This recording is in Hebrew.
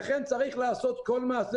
לכן צריך לעשות כל מעשה.